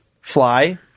fly